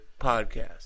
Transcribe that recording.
podcast